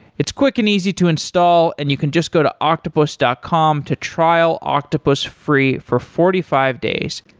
it's quick and easy to install and you can just go to octopus dot com to trial octopus free for forty five days.